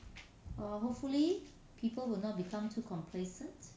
err hopefully people will not become too complacent